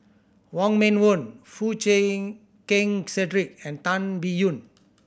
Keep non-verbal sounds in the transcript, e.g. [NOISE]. Wong Meng Voon Foo Chee [UNINTELLIGIBLE] Keng Cedric and Tan Biyun